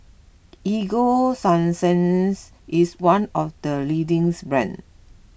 Ego Sunsense is one of the leading brands